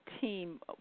team